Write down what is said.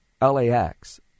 LAX